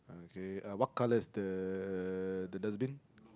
okay uh what colour is the the dustbin